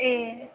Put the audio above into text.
एह